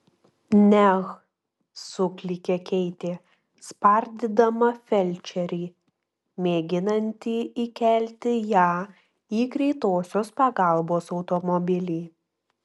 neh suklykė keitė spardydama felčerį mėginantį įkelti ją į greitosios pagalbos automobilį